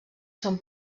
són